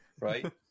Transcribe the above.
Right